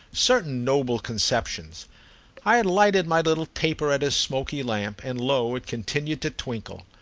certain noble conceptions i had lighted my little taper at his smoky lamp, and lo it continued to twinkle.